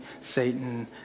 Satan